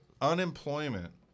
Unemployment